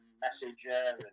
Messenger